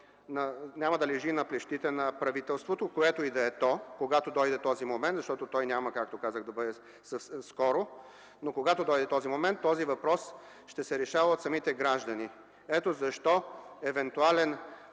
да лежи на плещите на правителството, което и да е то, когато дойде този момент, защото той няма да бъде скоро, но когато дойде този момент, този въпрос ще се решава от самите граждани. Ето защо евентуален